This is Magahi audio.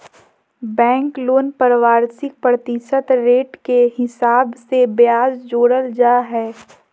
बैंक लोन पर वार्षिक प्रतिशत रेट के हिसाब से ब्याज जोड़ल जा हय